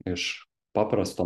iš paprasto